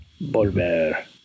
Volver